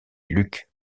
luc